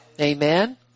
Amen